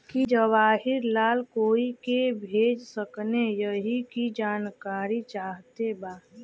की जवाहिर लाल कोई के भेज सकने यही की जानकारी चाहते बा?